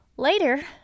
Later